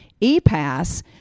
EPass